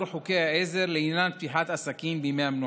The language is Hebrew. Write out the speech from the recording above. חוקי עזר לעניין פתיחת עסקים בימי המנוחה.